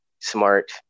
smart